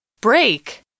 break